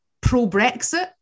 pro-Brexit